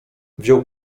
wziął